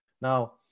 Now